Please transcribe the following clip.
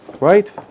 right